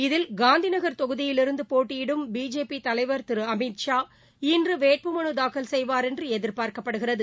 இதில் காந்திநகர் தொகுதியிலிருந்தபோட்டியிடும் பிஜேபிதலைவர் திருஅமீத் ஷா இன்றவேட்பு மனுதாக்கல் செய்வார் என்றுஎதிர்பார்க்கப்படுகிறது